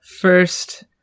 first